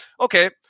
okay